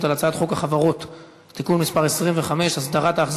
על הצעת חוק עבודת הנוער (תיקון מס' 17 והוראת שעה),